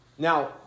Now